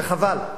וחבל.